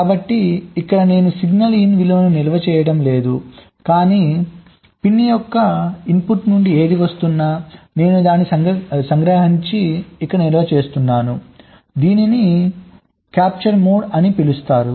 కాబట్టి ఇక్కడ నేను సిగ్నల్ ఇన్ విలువను నిల్వ చేయటం లేదు కానీ పిన్ యొక్క ఇన్పుట్ నుండి ఏది వస్తున్నా నేను దానిని సంగ్రహించి ఇక్కడ నిల్వ చేస్తున్నాను దీనిని క్యాప్చర్ మోడ్ అని పిలుస్తారు